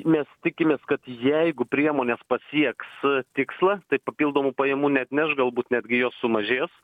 mes tikimės kad jeigu priemonės pasieks tikslą tai papildomų pajamų neatneš galbūt netgi jos sumažės